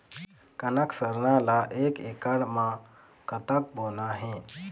कनक सरना ला एक एकड़ म कतक बोना हे?